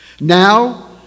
Now